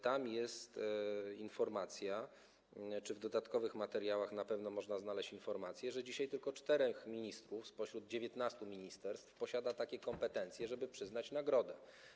Tam jest informacja, a w dodatkowych materiałach na pewno można znaleźć taką informację, że dzisiaj tylko czterech ministrów na 19 ministerstw posiada takie kompetencje, żeby przyznać nagrodę.